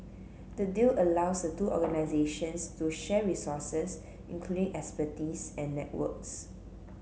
the deal allows the two organisations to share resources including expertise and networks